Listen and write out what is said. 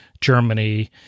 Germany